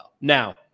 Now